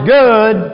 good